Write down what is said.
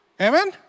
Amen